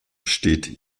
steht